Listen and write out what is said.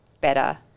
better